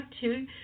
two